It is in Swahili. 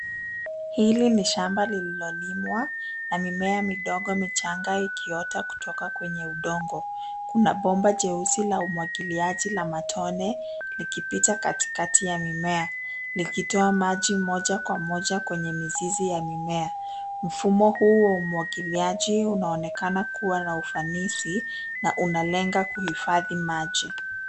Hili ni shamba lililolimwa, na mimea midogo michanga ikiota kutoka kwenye udongo. Kuna bomba jeusi la umwagiliaji la matone, likipita katikati ya mimea. Likitoa maji moja kwa moja kwenye mizizi ya mimea. Mfumo huu wa umwagiliaji unaonekana kuwa na ufanisi, na unalenga kuhifadhi maji.